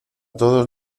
todos